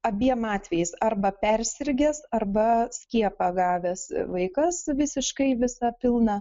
abiem atvejais arba persirgęs arba skiepą gavęs vaikas visiškai visą pilną